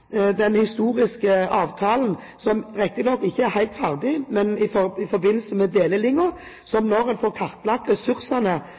den historiske avtalen – som riktignok ikke er helt ferdig – i forbindelse med